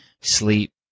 sleep